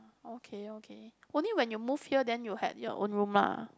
okay okay only when you move here then you had your own room ah